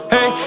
Hey